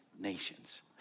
nations